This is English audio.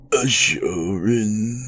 assuring